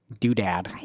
doodad